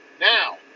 Now